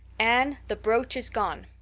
anne, the brooch is gone.